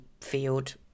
field